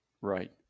Right